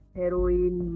heroin